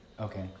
Okay